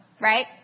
right